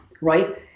right